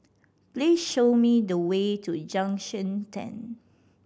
please show me the way to Junction Ten